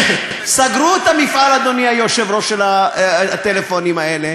סגרו את המפעל של הטלפונים האלה,